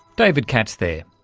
david katz there.